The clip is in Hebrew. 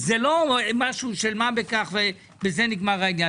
זה לא משהו של מה בכך ובזה נגמר העניין.